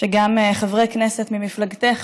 שגם חברי כנסת ממפלגתך,